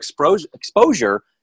exposure